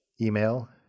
email